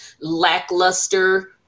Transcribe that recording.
lackluster